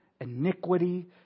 iniquity